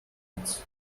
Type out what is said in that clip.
gifts